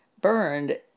burned